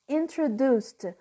introduced